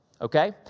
okay